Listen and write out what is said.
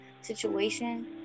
situation